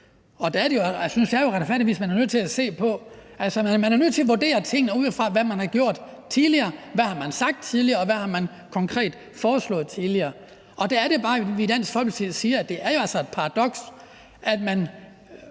man er nødt til at vurdere tingene ud fra, hvad man har gjort tidligere: Hvad har man sagt tidligere, og hvad har man konkret foreslået tidligere? Og der er det bare, at vi